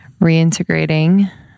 reintegrating